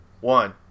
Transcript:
one